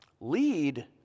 lead